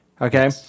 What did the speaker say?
Okay